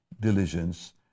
diligence